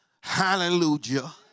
Hallelujah